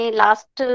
last